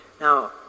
Now